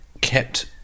kept